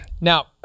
Now